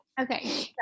Okay